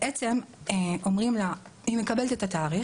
בעצם היא מקבלת את התאריך,